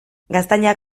gaztainak